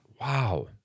Wow